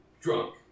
drunk